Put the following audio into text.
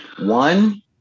one